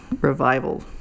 revival